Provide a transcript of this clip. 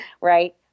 right